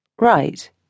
right